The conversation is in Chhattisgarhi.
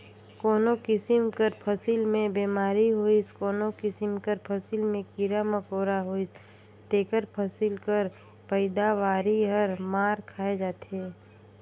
कोनो किसिम कर फसिल में बेमारी होइस कोनो किसिम कर फसिल में कीरा मकोरा होइस तेकर फसिल कर पएदावारी हर मार खाए जाथे